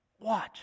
Watch